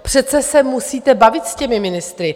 Přece se musíte bavit s těmi ministry.